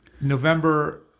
November